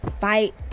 fight